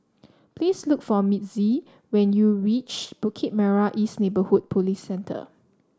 please look for Mitzi when you reach Bukit Merah East Neighbourhood Police Centre